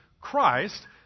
Christ